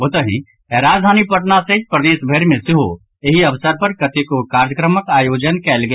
ओतहि राजधानी पटना सहित प्रदेशभरि मे सेहो एहि अवसर पर कतेको कार्यक्रमक आयोजन कयल गेल